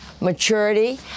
maturity